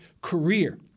career